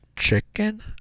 chicken